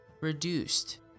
reduced